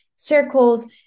circles